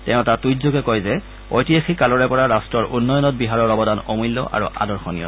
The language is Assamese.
তেওঁ এটা টুইটযোগে কয় যে ঐতিহাসিক কালৰে পৰা ৰাষ্ট্ৰৰ উন্নয়নত বিহাৰৰ অবদান অমূল্য আৰু আদৰ্শণীয়